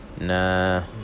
nah